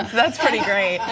that's pretty great,